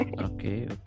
okay